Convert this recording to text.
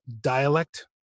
dialect